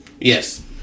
Yes